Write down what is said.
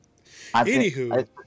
Anywho